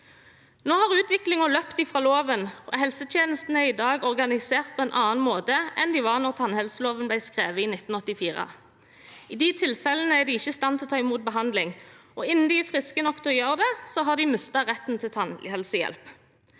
Nå har utviklingen løpt fra loven, og helsetjenestene er i dag organisert på en annen måte enn de var da tannhelsetjenesteloven ble skrevet, i 1984. I noen tilfeller er pasienter ikke i stand til å ta imot behandling, og innen de er friske nok til å gjøre det, har de mistet retten til tannhelsehjelp.